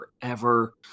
forever